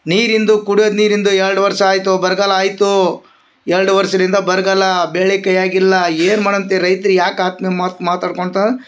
ನೀರಿಂದು ಕುಡಿಯೊ ನೀರಿಂದು ಎರಡು ವರ್ಷ ಆಯಿತು ಬರಗಾಲ ಆಯಿತು ಎರಡು ವರ್ಷ್ರಿಂದ ಬರಗಾಲು ಬೆಳೆ ಕೈಯಾಗ ಇಲ್ಲ ಏನು ಮಾಡಿ ಅಂತೀರಿ ರೈತ್ರ ಯಾಕೆ ಆತ್ಮಹತ್ಯೆ ಮಾತು ಮಾತಾಡ್ಕೊಳ್ತಾ